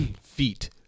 Feet